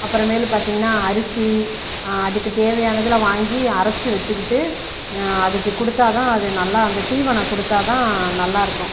அப்புறமேல் பார்த்தீங்கனா அரிசி அதுக்கு தேவையானதெல்லாம் வாங்கி அரைச்சு வச்சுக்கிட்டு அதுக்கு கொடுத்தா தான் அது நல்லா அந்த தீவனம் கொடுத்தா தான் நல்லாயிருக்கும்